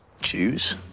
Choose